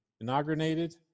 inaugurated